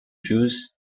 jews